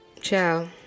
ciao